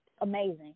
amazing